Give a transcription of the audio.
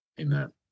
Amen